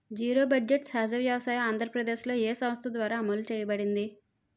Zero budget సహజ వ్యవసాయం ఆంధ్రప్రదేశ్లో, ఏ సంస్థ ద్వారా అమలు చేయబడింది?